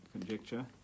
conjecture